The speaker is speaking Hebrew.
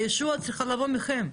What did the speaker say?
הישועה צריכה לבוא מכם.